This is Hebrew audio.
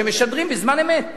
שמשדרים בזמן אמת